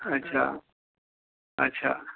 अच्छा अच्छा